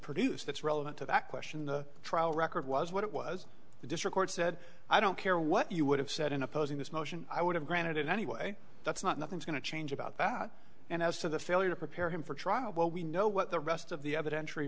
produce that's relevant to that question the trial record was what it was the disregard said i don't care what you would have said in opposing this motion i would have granted it anyway that's not nothing's going to change about that and as to the failure to prepare him for trial well we know what the rest of the evidence for